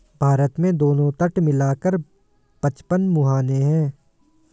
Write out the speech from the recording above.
भारत में दोनों तट मिला कर पचपन मुहाने हैं